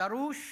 דרוש